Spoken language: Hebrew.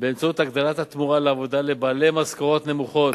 באמצעות הגדלת התמורה לעבודה לבעלי משכורות נמוכות.